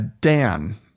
Dan